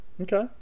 Okay